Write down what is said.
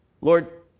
Lord